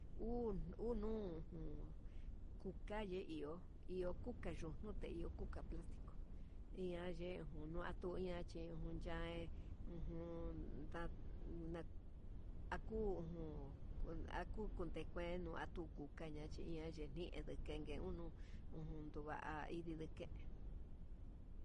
Hu nu jun kukaye iho iho kucho ndude iho kuka plastico iha ye'e njunua tuña chin kun ya'á ndae ujun nda na akujun aku kunekuenu, atuku kaña'a chi ian chiñendue kenguen uun ujun nduva'i, ndide ke'en.